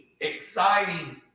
exciting